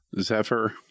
Zephyr